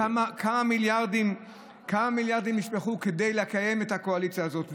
כמה מיליארדים נשפכו כדי לקיים את הקואליציה הזאת,